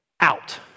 out